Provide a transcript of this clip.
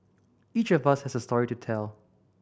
each of us has a story to tell